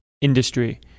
industry